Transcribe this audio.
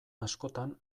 askotan